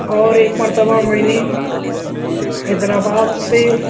اور ایک مرتبہ میں نے حیدرآباد سے